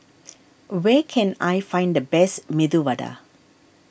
where can I find the best Medu Vada